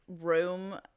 room